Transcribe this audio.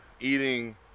eating